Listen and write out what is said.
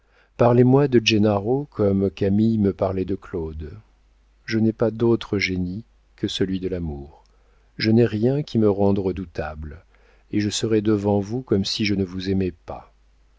parlez-moi de gennaro comme camille me parlait de claude je n'ai pas d'autre génie que celui de l'amour je n'ai rien qui me rende redoutable et je serai devant vous comme si je ne vous aimais pas